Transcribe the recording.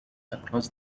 across